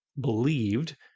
believed